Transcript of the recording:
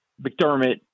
McDermott